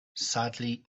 sadly